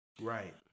Right